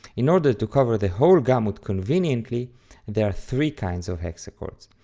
in order to cover the whole gamut conveniently there are three kinds of hexachords,